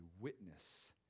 witness